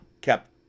kept